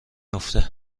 افتد